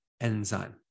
enzyme